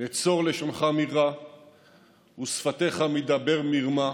"נצר לשונך מרע ושפתיך מדבר מרמה.